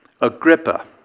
Agrippa